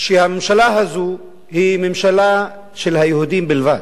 שהממשלה הזאת היא ממשלה של היהודים בלבד.